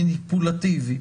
מניפולטיבי,